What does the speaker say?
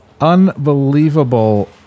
Unbelievable